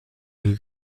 ihre